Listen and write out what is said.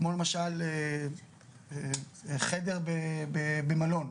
כמו למשל חדר במלון,